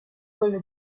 quelle